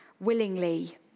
willingly